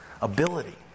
ability